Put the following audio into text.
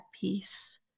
peace